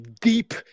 deep